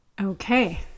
Okay